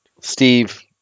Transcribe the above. Steve